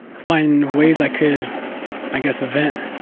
find ways i could i guess vent.